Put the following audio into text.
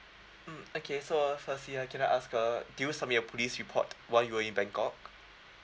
mm okay so ah firstly ah can I ask ah did you submit your police report while you were in bangkok